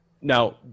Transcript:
Now